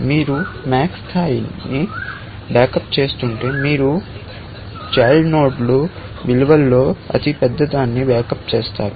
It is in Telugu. మీరు max స్థాయికి బ్యాకప్ చేస్తుంటే మీరు పిల్లలందరి చైల్డ్ నోడ్లు విలువలలో అతి పెద్దదాన్ని బ్యాకప్ చేస్తారు